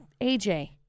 AJ